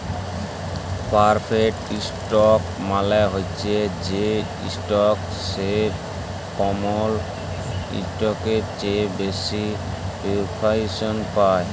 perforated stock মালে হছে সেই ইসটক যেট কমল ইসটকের চাঁঁয়ে বেশি পেরফারেলস পায়